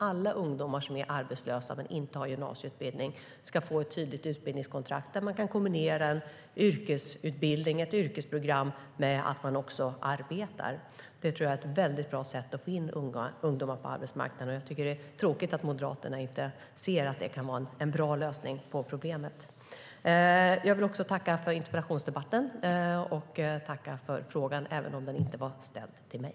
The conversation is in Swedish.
Alla ungdomar som är arbetslösa och inte har gymnasieutbildning ska få ett tydligt utbildningskontrakt som innebär att de kan kombinera en yrkesutbildning, ett yrkesprogram, med att arbeta. Det tror jag är ett väldigt bra sätt att få in ungdomar på arbetsmarknaden. Det är tråkigt att Moderaterna inte ser att det kan vara en bra lösning på problemet. Jag vill tacka för interpellationsdebatten och tacka för frågan, även om den inte var ställd till mig.